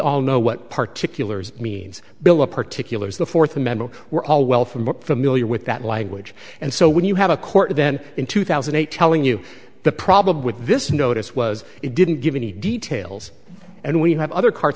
all know what particularly means bill of particulars the fourth amendment we're all well from but familiar with that language and so when you have a court event in two thousand and eight telling you the problem with this notice was it didn't give any details and when you have other car